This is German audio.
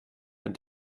ein